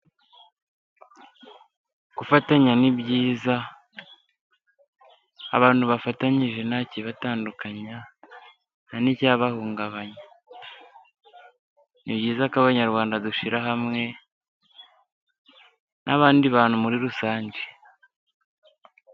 Gufatanya ni byiza, abantu bafatanyije nacyibatadukanya ntanicyabahungabanya, n'ibyiza ko abanyarwanda dushira hamwe, n'abandi bantu muri rusange.